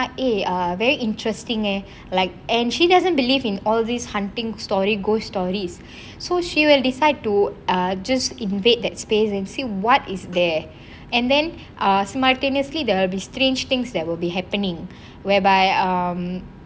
it's a very interesting eh like and she doesn't believe in all of these hunting story ghost stories so she will decide to just invade that space and see what is there and then asked martin honestly the be strange things that will be happening whereby um